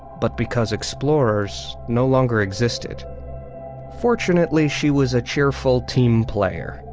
but because explorers no longer existed fortunately, she was a cheerful team player,